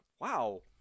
wow